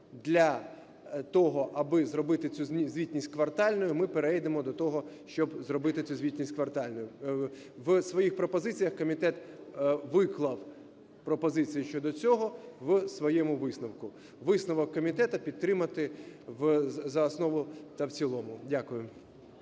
для того, аби зробити цю звітність квартальною, ми перейдемо до того, щоб зробити цю звітність квартальною. В своїх пропозиціях комітет виклав пропозиції щодо цього в своєму висновку. Висновок комітету: підтримати за основу та в цілому. Дякую.